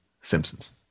Simpsons